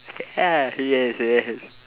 yeah yes yes